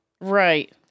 Right